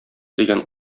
дигән